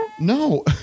No